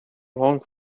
long